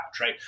right